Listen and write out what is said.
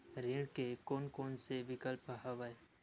ऋण के कोन कोन से विकल्प हवय?